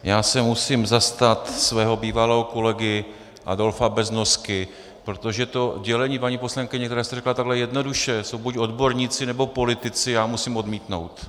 Já se musím zastat svého bývalého kolegy Adolfa Beznosky, protože to dělení, paní poslankyně, tak jak jste to řekla takhle jednoduše, že jsou buď odborníci, nebo politici, já musím odmítnout.